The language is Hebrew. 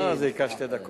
עתניאל